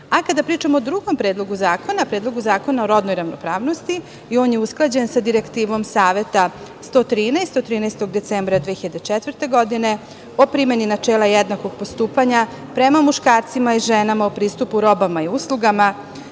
pričamo o drugom predlogu zakona, Predlogu zakona o rodnoj ravnopravnosti, i on je usklađen sa Direktivom Saveta 113 od 13. decembra 2004. godine, o primeni načela jednakog postupanja prema muškarcima i ženama o pristupu robama i uslugama,